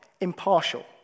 impartial